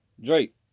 Drake